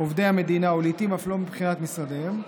עובדי המדינה ולעיתים אף לא מבחינת המשרדים,